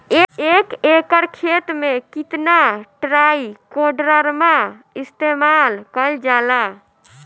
एक एकड़ खेत में कितना ट्राइकोडर्मा इस्तेमाल कईल जाला?